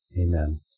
Amen